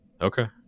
Okay